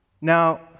Now